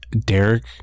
Derek